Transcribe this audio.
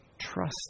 trust